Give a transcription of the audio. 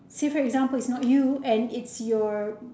say for example is not you and is your